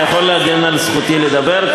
אתה יכול להגן על זכותי לדבר?